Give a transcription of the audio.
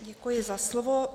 Děkuji za slovo.